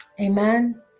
Amen